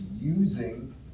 using